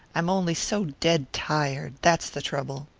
i'm only so dead tired that's the trouble.